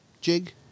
jig